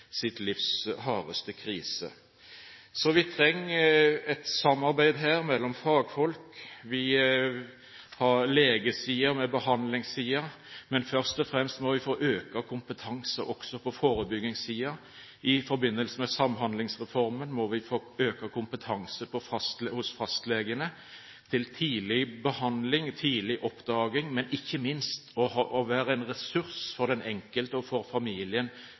sitt livs hardeste krise. Vi trenger et samarbeid her, mellom fagfolk. Vi har legesiden, behandlingssiden, men først og fremst må vi få økt kompetanse også på forebyggingssiden. I forbindelse med Samhandlingsreformen må vi få økt kompetanse hos fastlegene når det gjelder tidlig behandling, tidlig oppdaging, men ikke minst når det gjelder å være en ressurs for den enkelte og for familien